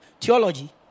theology